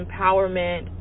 empowerment